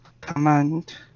command